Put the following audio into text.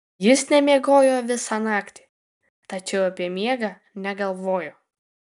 jis nemiegojo visą naktį tačiau apie miegą negalvojo